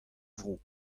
vro